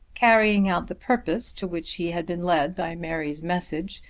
carrying out the purpose to which he had been led by mary's message,